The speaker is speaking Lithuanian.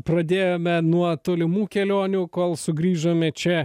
pradėjome nuo tolimų kelionių kol sugrįžome čia